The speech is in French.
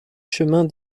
chemins